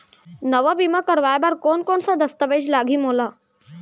नवा बीमा करवाय बर कोन कोन स दस्तावेज लागही मोला?